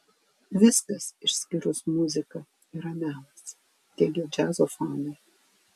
viskas išskyrus muziką yra melas teigia džiazo fanai